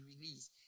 release